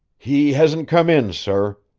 he hasn't come in, sir.